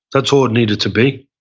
that's all it needed to be.